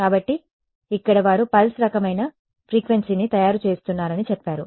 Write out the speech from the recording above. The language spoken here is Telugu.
కాబట్టి ఇక్కడ వారు పల్స్ రకమైన ఫ్రీక్వెన్సీని తయారు చేస్తున్నారని చెప్పారు